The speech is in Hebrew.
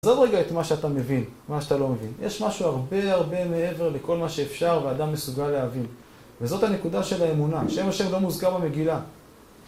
עזוב רגע את מה שאתה מבין, מה שאתה לא מבין, יש משהו הרבה הרבה מעבר לכל מה שאפשר ואדם מסוגל להבין וזאת הנקודה של האמונה, שם השם לא מוזכר במגילה